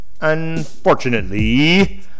Unfortunately